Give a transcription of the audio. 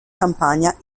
campania